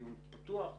דיון פתוח,